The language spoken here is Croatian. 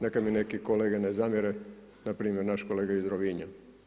Neka mi neke kolege ne zamjere, npr. naš kolega iz Rovinja.